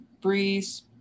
Breeze